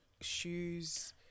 shoes